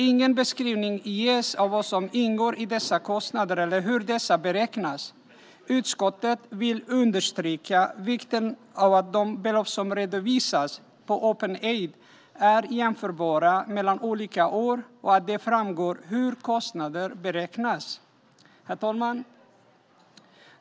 Ingen beskrivning ges av vad som ingår i dessa kostnader eller hur dessa beräknas. Utskottet vill understryka vikten av att de belopp som redovisas på Openaid är jämförbara mellan olika år och att det framgår hur kostnaderna beräknats. Herr talman!